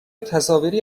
تصاویری